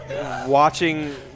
watching